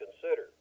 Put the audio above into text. consider